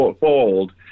fold